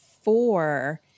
four